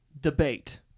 debate